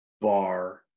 bar